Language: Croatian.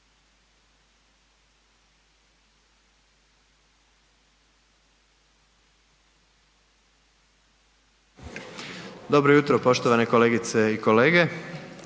ministarstava, poštovane kolegice i kolege.